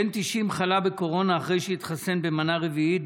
בן 90 חלה בקורונה אחרי שהתחסן במנה רביעית.